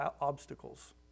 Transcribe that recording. obstacles